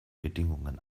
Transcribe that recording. bedingungen